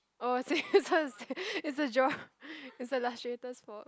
oh same so the same it's the draw it's the illustrators fault